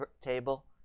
table